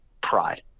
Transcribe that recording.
pride